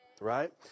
Right